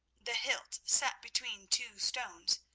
the hilt set between two stones,